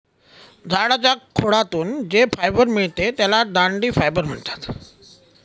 झाडाच्या खोडातून जे फायबर मिळते त्याला दांडी फायबर म्हणतात